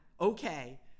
Okay